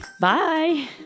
Bye